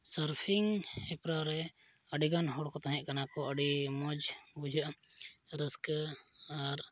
surfing ᱦᱮᱯᱨᱟᱣᱨᱮ ᱟᱹᱰᱤᱜᱟᱱ ᱦᱚᱲ ᱠᱚ ᱛᱟᱦᱮᱸᱜ ᱠᱟᱱᱟᱠᱚ ᱟᱹᱰᱤ ᱢᱚᱡᱽ ᱵᱩᱡᱷᱟᱹᱜᱼᱟ ᱨᱟᱹᱥᱠᱟᱹ ᱟᱨ